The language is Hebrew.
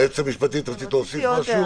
היועצת המשפטית, רצית להוסיף משהו?